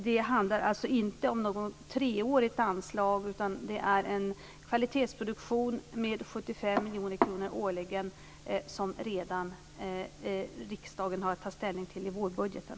Det handlar alltså inte om något treårigt anslag, utan det är en kvalitetsproduktion med 75 miljoner kronor årligen som riksdagen har att ta ställning till redan i vårbudgeten.